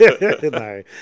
no